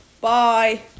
Bye